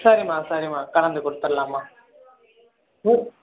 சரிம்மா சரிம்மா கலந்துக் கொடுத்துட்லாம்மா ம்